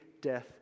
death